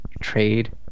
trade